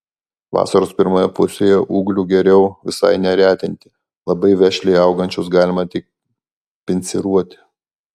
vasaros pirmoje pusėje ūglių geriau visai neretinti labai vešliai augančius galima tik pinciruoti